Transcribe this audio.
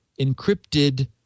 encrypted